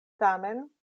tamen